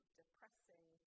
depressing